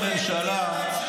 התעלמתם.